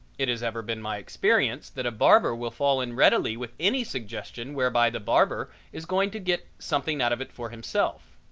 it has ever been my experience that a barber will fall in readily with any suggestion whereby the barber is going to get something out of it for himself.